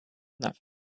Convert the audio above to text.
nothing